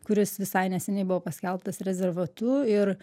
kuris visai neseniai buvo paskelbtas rezervatu ir